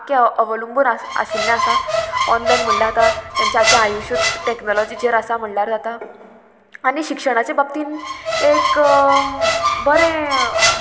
आख्खें अवलंबून आस आशिल्लें आसा ऑनलायन म्हणल्यार आतां तेंचें आख्खें आयुश्यत टॅक्नोलॉजीचेर आसा म्हणल्यार जाता आनी शिक्षणाच्या बाबतीन एक बरें